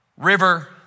River